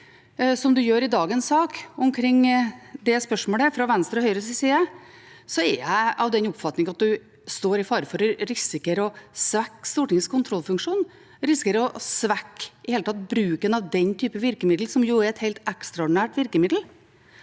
som man gjør i dagens sak omkring det spørsmålet fra Venstres og Høyres side, er jeg av den oppfatning at man står i fare for å risikere å svekke Stortingets kontrollfunksjon, risikere å svekke i det hele tatt bruken av den typen virkemiddel, som jo er et helt ekstraordinært virkemiddel.